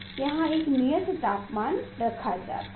यहाँ एक नियत तापमान रखा जाता है